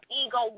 ego